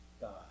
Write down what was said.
God